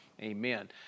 amen